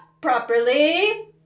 properly